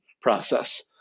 process